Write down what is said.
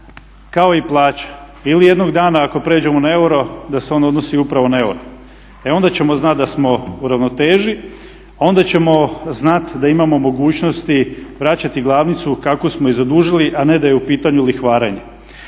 kao i plaća. Ili jednog dana ako pređemo na euro da se on odnosi upravo na euro. E onda ćemo znati da smo u ravnoteži, onda ćemo znati da imamo mogućnosti vraćati glavnicu kako smo i zadužili, a ne da je u pitanju lihvarenje.